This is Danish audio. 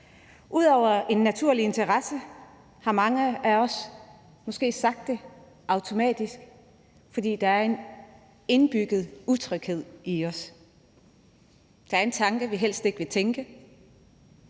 Udover en naturlig interesse har mange af os måske sagt det automatisk, fordi der er en indbygget utryghed i os. Der er en tanke, vi helst ikke vil tænke,